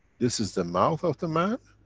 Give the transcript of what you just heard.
this is the mouth of the man,